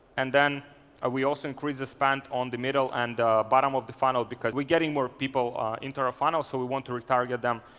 and then we also increase the spent on the middle and bottom of the funnel, because we're getting more people into a funnel, so we want to retarget them,